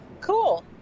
cool